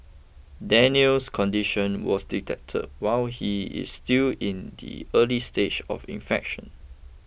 Daniel's condition was detected while he is still in the early stage of infection